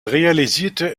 realisierte